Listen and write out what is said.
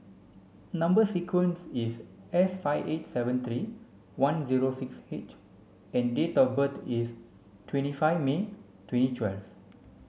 number sequence is S five eight seven three one zero six H and date of birth is twenty five May twenty twelve